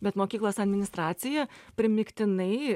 bet mokyklos administracija primygtinai